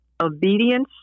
obedience